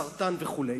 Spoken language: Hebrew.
סרטן וכו'.